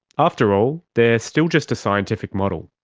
after all, they are still just a scientific model.